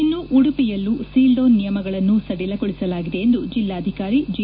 ಇನ್ನು ಉಡುಪಿಯಲ್ಲೂ ಸೀಲ್ಡೌನ್ ನಿಯಮಗಳನ್ನು ಸದಿಲಗೊಳಿಸಲಾಗಿದೆ ಎಂದು ಜಿಲ್ಲಾಧಿಕಾರಿ ಜಿ